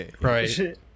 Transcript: Right